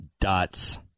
Dots